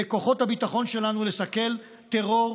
לכוחות הביטחון שלנו לסכל טרור,